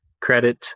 credit